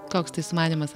koks tai sumanymas